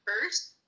first